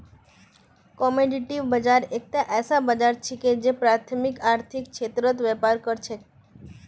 commodity बाजार एकता ऐसा बाजार छिके जे प्राथमिक आर्थिक क्षेत्रत व्यापार कर छेक